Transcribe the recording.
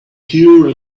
pure